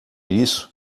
isso